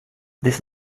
this